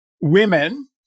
women